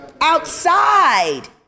outside